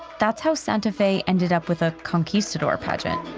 that's how santa fe ended up with a conquistador pageant